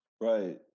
Right